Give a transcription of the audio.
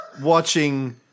watching